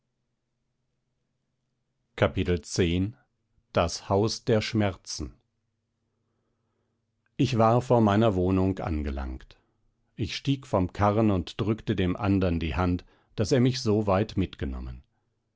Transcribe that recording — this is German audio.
ich war vor meiner wohnung angelangt ich stieg vom karren und drückte dem andern die hand daß er mich so weit mitgenommen